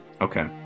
okay